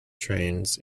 trains